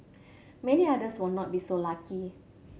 many others will not be so lucky